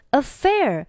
affair